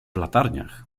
latarniach